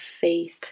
faith